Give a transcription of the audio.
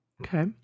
okay